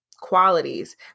qualities